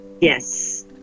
Yes